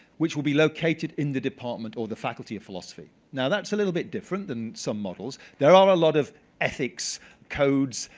which will be located in the department or the faculty of philosophy. now, that's a little bit different than some models. there are a lot of ethics codes,